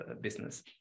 business